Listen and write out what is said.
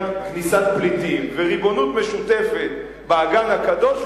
כניסת פליטים וריבונות משותפת באגן הקדוש,